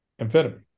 amphetamine